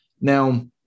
Now